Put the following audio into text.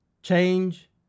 change